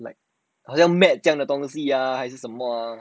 like 很像 matte 这样的东西 ah 还是什么 ah